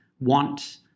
want